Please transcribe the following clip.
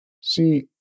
See